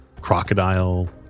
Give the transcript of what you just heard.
crocodile